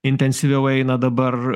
intensyviau eina dabar